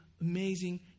amazing